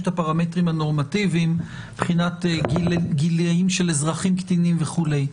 יש את הפרמטרים הנורמטיביים מבחינת גילים של אזרחים קטנים וכו'.